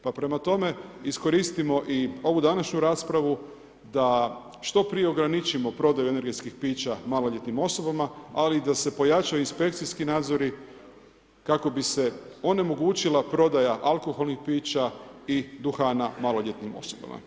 Pa prema tome iskoristimo i ovu današnju raspravu da što prije ograničimo prodaju energetskih pića maloljetnim osobama, ali da se pojačaju inspekcijski nadzori kako bi se onemogućila prodaja alkoholnih pića i duhana maloljetnim osobama.